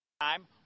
time